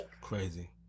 Crazy